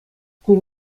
кун